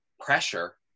pressure